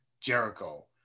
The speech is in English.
Jericho